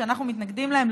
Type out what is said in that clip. שאנחנו מתנגדים להם,